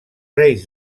reis